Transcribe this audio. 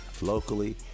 Locally